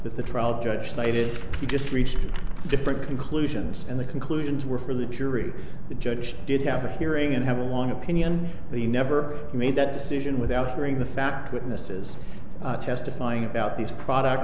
that the trial judge cited he just reached different conclusions and the conclusions were for the jury the judge did have a hearing and have a long opinion but he never made that decision without hearing the fact witnesses testifying about these products